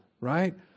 right